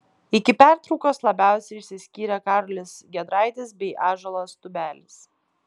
iki pertraukos labiausiai išsiskyrė karolis giedraitis bei ąžuolas tubelis